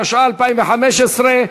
התשע"ה 2015,